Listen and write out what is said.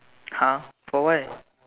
!huh! but why